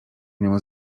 nią